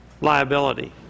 liability